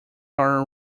are